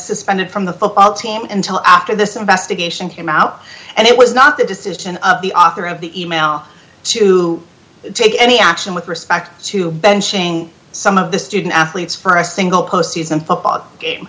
suspended from the football team and till after this investigation came out and it was not the decision of the author of the e mail to take any action with respect to benching some of the student athletes for a single post season football game